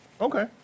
Okay